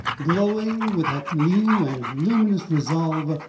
glowing with that new and luminous resolve,